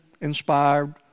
inspired